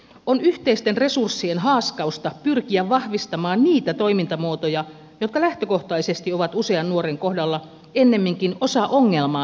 on yhteisten resurssien haaskausta pyrkiä vahvistamaan niitä toimintamuotoja jotka lähtökohtaisesti ovat usean nuoren kohdalla ennemminkin osa ongelmaa kuin osa ratkaisua